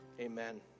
Amen